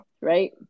right